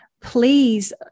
please